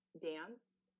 dance